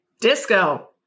disco